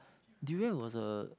durian was a